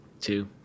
Two